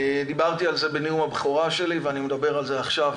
דיברתי על זה בנאום הבכורה שלי ואני מדבר על זה עכשיו